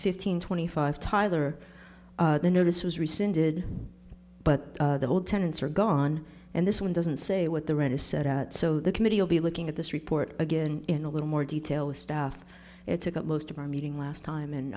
fifteen twenty five tither the notice was rescinded but the old tenants are gone and this one doesn't say what the rent is set at so the committee will be looking at this report again in a little more detail the stuff it took up most of our meeting last time